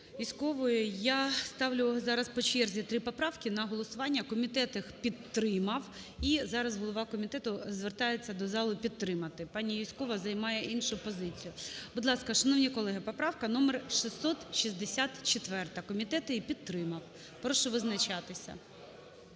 Юзькової я ставлю зараз по черзі три поправки на голосування. Комітет їх підтримав. І зараз голова комітету звертається до залу підтримати. Пані Юзькова займає іншу позицію. Будь ласка, поправка номер 664. Комітет її підтримав. Прошу визначатися.